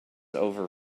over